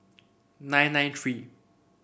nine nine three